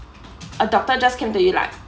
a doctor just came to you like